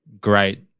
great